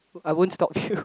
I won't stop you